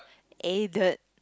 added